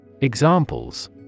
Examples